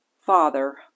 Father